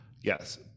Yes